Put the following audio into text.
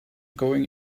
going